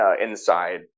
inside